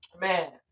Man